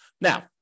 now